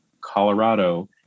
Colorado